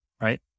right